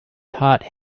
taught